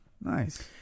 Nice